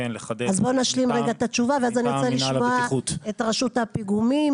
אז בוא נשלים רגע את התשובה ואז נרצה לשמוע את מוסד לבטיחות.